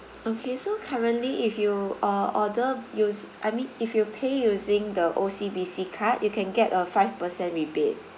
okay so currently if you uh order use I mean if you pay using the O_C_B_C card you can get a five percent rebate